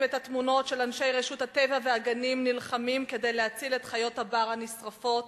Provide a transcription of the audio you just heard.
התמונות של אנשי רשות הטבע והגנים נלחמים כדי להציל את חיות הבר הנשרפות